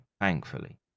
thankfully